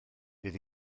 bydd